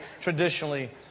traditionally